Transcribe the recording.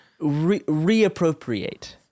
Reappropriate